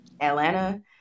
Atlanta